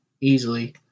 easily